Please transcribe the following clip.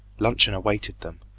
luncheon awaited them,